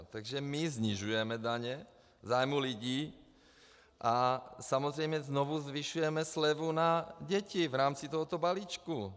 Takže my snižujeme daně v zájmu lidí a samozřejmě znovu zvyšujeme slevu na děti v rámci tohoto balíčku.